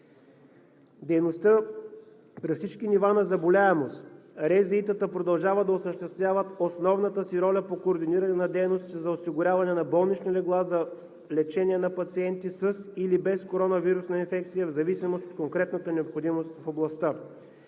Дейността при всички нива на заболяемост. РЗИ-тата продължават да осъществяват основната си роля по координиране на дейностите за осигуряване на болнични легла за лечение на пациенти със или без коронавирусна инфекция, в зависимост от конкретната необходимост в областта.